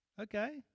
Okay